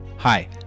Hi